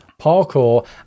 parkour